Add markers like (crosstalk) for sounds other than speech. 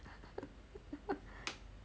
(laughs)